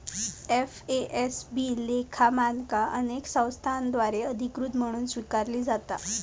FASB लेखा मानका अनेक संस्थांद्वारा अधिकृत म्हणून स्वीकारली जाता